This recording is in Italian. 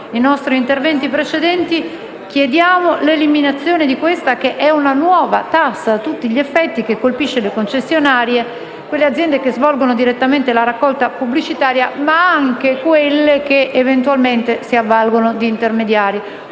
i nostri interventi precedenti - l'eliminazione di questa che è una nuova tassa a tutti gli effetti, che colpisce le concessionarie, quelle aziende che svolgono direttamente la raccolta pubblicitaria, ma anche quelle che eventualmente si avvalgono di intermediari.